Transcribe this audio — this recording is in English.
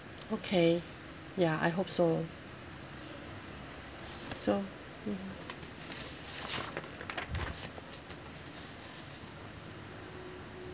okay ya I hope so so mm